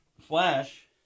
Flash